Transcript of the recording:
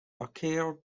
arcade